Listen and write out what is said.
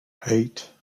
eight